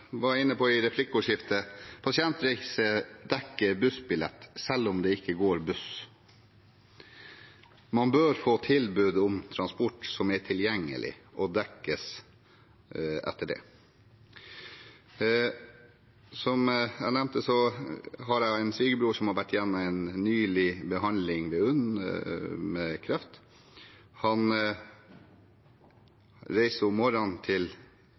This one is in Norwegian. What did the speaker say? var inne på i replikkordskiftet: Pasientreiser dekker bussbillett, selv om det ikke går buss. Man bør få tilbud om transport som er tilgjengelig, og dekkes etter det. Som jeg nevnte, har jeg en svigerbror som nylig har vært igjennom en behandling ved UNN, med kreft. Han reiser om morgenen til